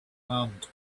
hand